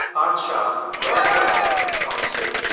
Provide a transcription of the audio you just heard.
parth shaw, laura kwerel and thomas lu.